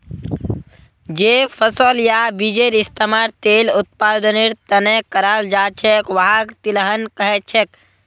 जे फसल या बीजेर इस्तमाल तेल उत्पादनेर त न कराल जा छेक वहाक तिलहन कह छेक